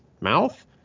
mouth